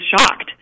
shocked